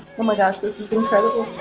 oh my gosh, this is incredible.